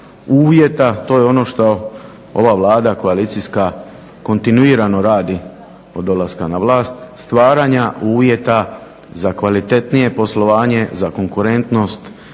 uvjeta, to je ono što ova Vlada koalicijska kontinuirano radi od dolaska na vlast, stvaranja uvjeta za kvalitetnije poslovanje, za konkurentnost